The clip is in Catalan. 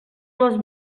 les